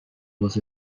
was